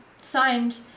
signed